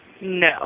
No